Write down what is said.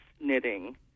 knitting